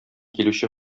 килүче